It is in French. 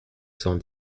cent